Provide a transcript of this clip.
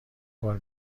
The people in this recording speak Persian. بار